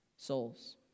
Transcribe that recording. souls